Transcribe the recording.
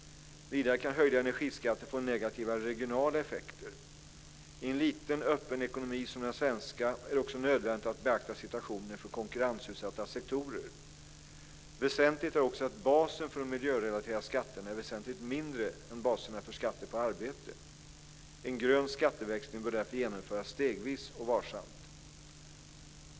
Vidare kan höjda energiskatter få negativa regionala effekter. I en liten öppen ekonomi som den svenska är det också nödvändigt att beakta situationen för konkurrensutsatta sektorer. Väsentligt är också att basen för de miljörelaterade skatterna är väsentligt mindre än baserna för skatter på arbete. En grön skatteväxling bör därför genomföras stegvis och varsamt.